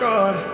God